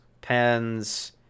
Pens